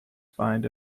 find